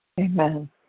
Amen